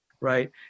right